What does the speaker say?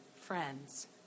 friends